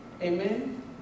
Amen